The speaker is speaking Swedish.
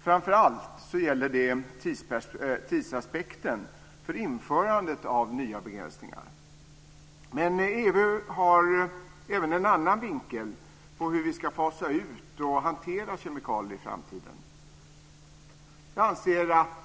Framför allt gäller det tidsaspekten för införandet av nya begränsningar. Men EU har även en annan vinkel på hur vi ska fasa ut och hantera kemikalier i framtiden. Jag anser att